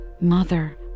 mother